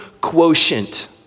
quotient